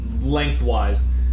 lengthwise